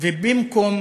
ובמקום